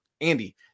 Andy